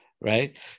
right